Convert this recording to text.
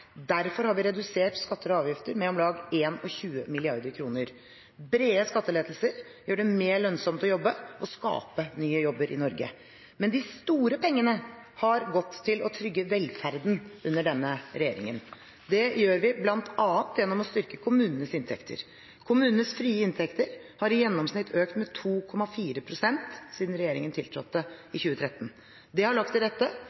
Derfor har vi redusert skatter og avgifter med om lag 21 mrd. kr. Brede skatteletter gjør det mer lønnsomt å jobbe og skape nye jobber i Norge. Men de store pengene har gått til å trygge velferden under denne regjeringen. Det gjør vi bl.a. gjennom å styrke kommunenes inntekter. Kommunenes frie inntekter har i gjennomsnitt økt med 2,4 pst. siden regjeringen tiltrådte i 2013. Det har lagt til rette